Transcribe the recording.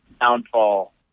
downfall